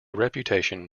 reputation